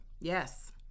yes